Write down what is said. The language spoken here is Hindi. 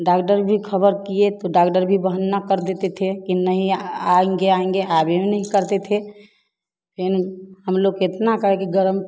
डागडर भी खबर किए तो डागडर भी बहाना कर देते थे कि नहीं आएँगे आएँगे आबे बे नहीं करते थे फिर हम लोग कितना करके गर्म